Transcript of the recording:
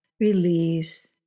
release